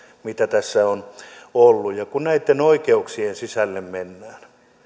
mitä tässä on ollut ja kun näitten oikeuksien sisälle mennään